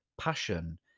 passion